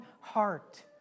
heart